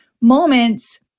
moments